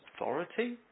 authority